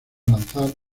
lanzar